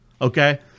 Okay